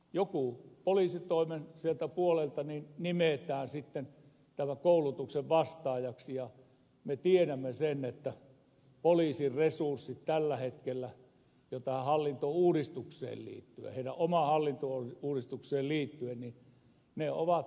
joku sieltä poliisitoimen puolelta nimetään koulutuksesta vastaajaksi ja me tiedämme sen että poliisin resurssit tällä hetkellä ovat heidän omaan hallintouudistukseensa liittyen käyneet vähäisiksi